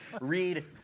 Read